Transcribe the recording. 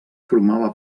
formava